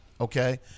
okay